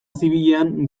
zibilean